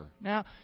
Now